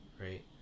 right